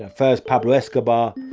ah first, pablo escobar